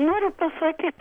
noriu pasakyt